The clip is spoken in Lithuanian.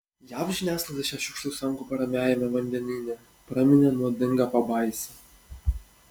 jav žiniasklaida šią šiukšlių sankaupą ramiajame vandenyne praminė nuodinga pabaisa